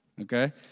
Okay